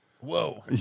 Whoa